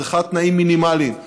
צריכה תנאים מינימליים,